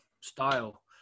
style